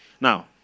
Now